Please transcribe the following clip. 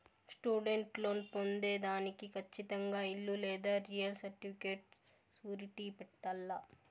student loan పొందేదానికి కచ్చితంగా ఇల్లు లేదా రియల్ సర్టిఫికేట్ సూరిటీ పెట్టాల్ల